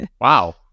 Wow